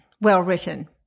well-written